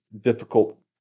difficult